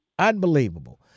Unbelievable